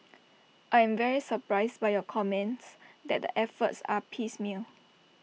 I am very surprised by your comments that the efforts are piecemeal